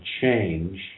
change